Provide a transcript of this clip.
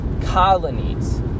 colonies